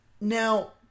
Now